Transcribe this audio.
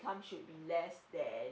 should be less than